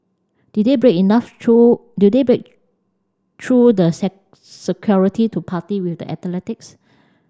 did they break enough through did they break through the security to party with the athletics